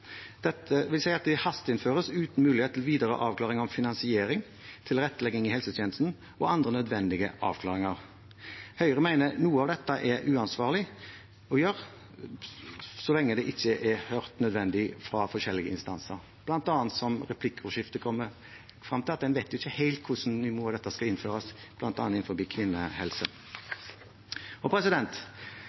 vil si at de hasteinnføres uten mulighet til videre avklaring om finansiering, tilrettelegging i helsetjenesten og andre nødvendige avklaringer. Høyre mener noe av dette er uansvarlig å gjøre så lenge forskjellige nødvendige instanser ikke er hørt, bl.a. det som kom frem av replikkordskiftet, at en ikke helt vet hvordan dette skal innføres, bl.a. innenfor kvinnehelse. Jeg vil anbefale alle å lese svarene fra Helse- og